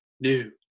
New